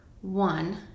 one